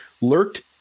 lurked